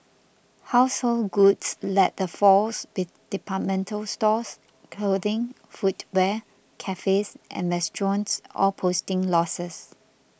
household goods led the falls with departmental stores clothing footwear cafes and restaurants all posting losses